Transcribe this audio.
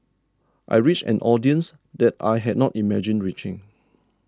I reached an audience that I had not imagined reaching